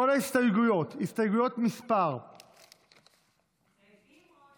כל ההסתייגויות, סעיפים או הסתייגויות?